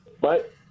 But-